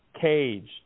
caged